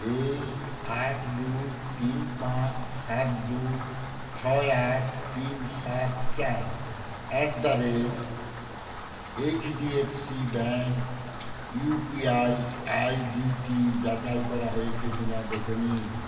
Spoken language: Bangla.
এই আট দুই তিন পাঁচ সাত দুই ছয় আট তিন সাত চার at the rate HDFC bank UPI I DT যাচাই করা হয়েছে কিনা দেখে নিন